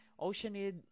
Oceanid